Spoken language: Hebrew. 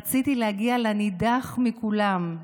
רציתי להגיע לנידח מכולם,